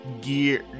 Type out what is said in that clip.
gear